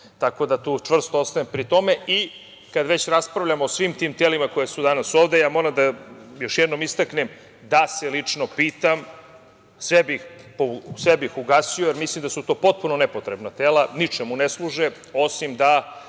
Tako da tu čvrsto ostajem pri tome. Kada već raspravljamo o svim tim telima koja su danas ovde, moram još jednom da istaknem da se lično pitam sve bih ugasio, jer mislim da su to potpuno nepotrebna tela. Ničemu ne služe, osim da